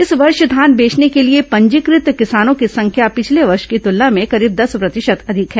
इस वर्ष धान बेचने के लिए पंजीकृत किसानों की संख्या पिछले वर्ष की तुलना में करीब दस प्रतिशत अधिक है